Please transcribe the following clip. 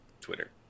Twitter